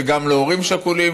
וגם להורים שכולים,